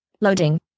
loading